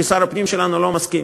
כי שר הפנים שלנו לא מסכים.